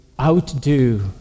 outdo